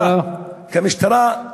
כמשטרה תודה.